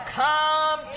come